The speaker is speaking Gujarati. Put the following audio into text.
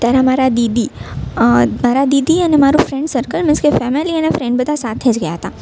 ત્યારે મારા દીદી મારા દીદી અને મારું ફ્રેન્ડ સર્કલ મીન્સ કે ફેમિલી અને ફ્રેન્ડ બધા સાથે જ ગયા હતા